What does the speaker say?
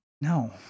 No